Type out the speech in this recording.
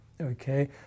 okay